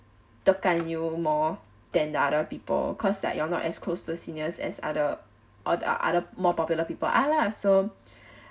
tekan you more than other people cause like you're not as close to seniors as other or the other more popular people ah lah so